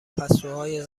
پستوهای